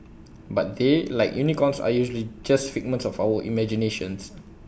but they like unicorns are usually just figments of our imagination